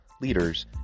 leaders